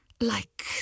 Like